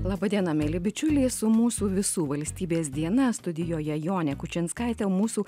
laba diena mieli bičiuliai su mūsų visų valstybės diena studijoje jonė kučinskaitė mūsų